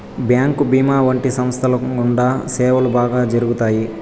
bank భీమా వంటి సంస్థల గుండా సేవలు బాగా జరుగుతాయి